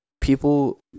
people